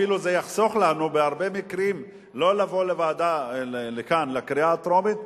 אפילו זה יחסוך לנו בהרבה מקרים לא לבוא לכאן לקריאה הטרומית,